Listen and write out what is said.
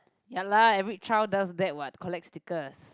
ya lah every child does that what collect stickers